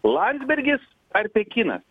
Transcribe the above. landsbergis ar pekinas